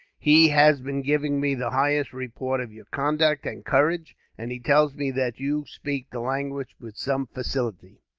he has been giving me the highest report of your conduct and courage, and he tells me that you speak the language with some facility.